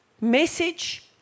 message